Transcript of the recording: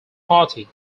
party